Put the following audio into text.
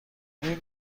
این